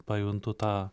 pajuntu tą